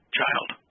child